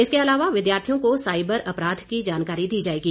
इसके अलावा विद्यार्थियों को साइबर अपराध की जानकारी दी जाएगी